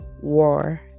war